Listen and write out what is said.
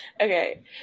Okay